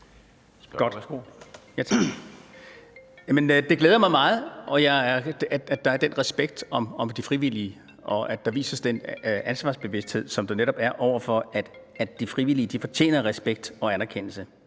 Det glæder mig meget, at der er den respekt om de frivillige, og at der vises den ansvarsbevidsthed, som der netop er over for, at de frivillige fortjener respekt og anerkendelse.